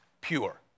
pure